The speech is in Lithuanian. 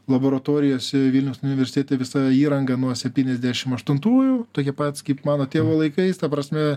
laboratorijose vilniaus universitete visa įranga nuo septyniasdešim aštuntųjų tokia pat kaip mano tėvo laikais ta prasme